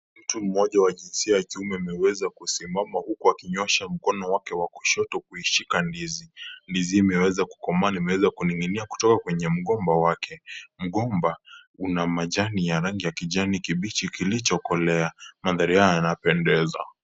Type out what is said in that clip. Mtu mmoja wa jinsia ya kiume ameweza kusimama huku akinyoosha mkono wake wa kushoto kuishika ndizi. Ndizi imeweza kukomaa na imeweza kuninginia kutoka kwenye mgomba wake. Mgomba una majani ya rangi ya kijani kibichi kilichokolea. Mandhari haya yanapendeza.